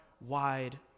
wide